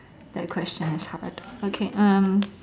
that question is hard okay um